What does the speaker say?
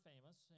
famous